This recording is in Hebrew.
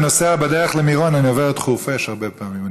כשאני נוסע בדרך למירון אני עובר את חורפיש הרבה פעמים.